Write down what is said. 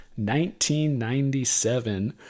1997